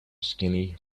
skinny